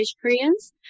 Koreans